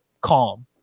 calm